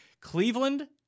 Cleveland